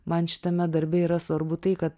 man šitame darbe yra svarbu tai kad